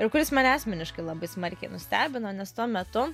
ir kuris mane asmeniškai labai smarkiai nustebino nes tuo metu